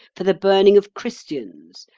for the burning of christians,